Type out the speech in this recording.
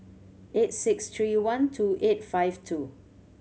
eight six three one two eight five two